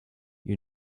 you